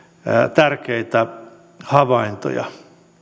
tärkeitä havaintoja